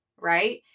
right